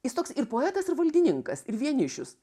jis toks ir poetas ir valdininkas ir vienišius